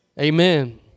Amen